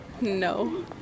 No